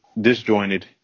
disjointed